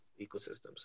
ecosystems